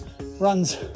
runs